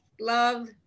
Love